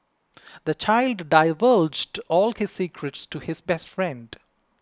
the child divulged all his secrets to his best friend